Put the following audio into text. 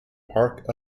park